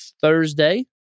Thursday